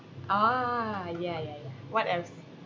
ah ya ya ya what else